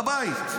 בבית.